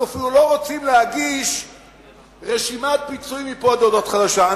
אנחנו אפילו לא רוצים להגיש רשימת פיצויים מפה עד הודעה חדשה.